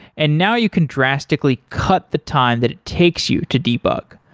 and now you can drastically cut the time that it takes you to debug.